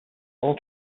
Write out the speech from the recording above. all